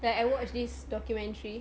like I watch this documentary